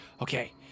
Okay